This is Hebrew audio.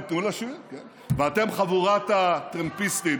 חבורת הטרמפיסטים,